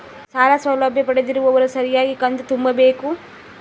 ಸಾಲ ಸೌಲಭ್ಯ ಪಡೆದಿರುವವರು ಸರಿಯಾಗಿ ಕಂತು ತುಂಬಬೇಕು?